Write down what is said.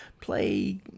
play